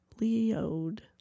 leod